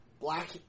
black